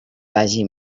vagi